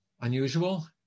unusual